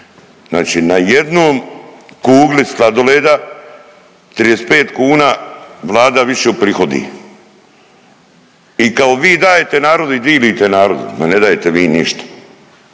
Znači na jednom kugli sladoleda 35 kuna Vlada više uprihodi i kao vi dajete narodu i dilite narodu. Ma ne dajete vi ništa.